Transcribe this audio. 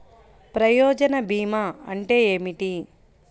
ప్రయోజన భీమా అంటే ఏమిటి?